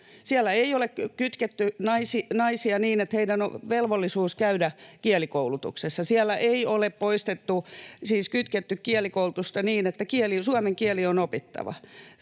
Siellä ei ole kytketty naisia niin, että heidän on velvollisuus käydä kielikoulutuksessa. Siellä ei ole kytketty kielikoulutusta niin, että suomen kieli on opittava.